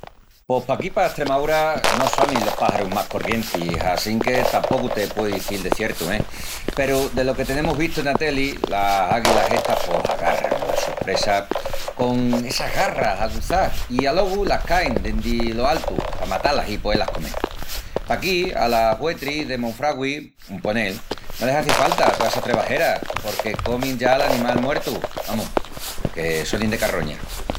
Pos paquí pa Estremaúra no sonin los páxarus más corrientis assinque tapocu te pueu izil de ciertu. Peru delo que tenemus vistu ena teli, las águilas estas pos agarran alas sus presas con essas garras aguzás i alogu las cain dendi lo altu pa matá-las i poé-las comel. Paquí alas güetris de Monfragüi, un ponel, no les hazi falta toa essa trebajera porque comin ya l'animal muertu, amus, que sonin de carroña.